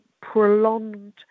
prolonged